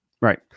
Right